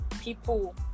people